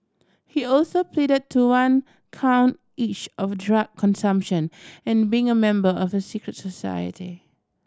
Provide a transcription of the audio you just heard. he also pleaded to one count each of drug consumption and being a member of a secret society